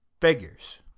Figures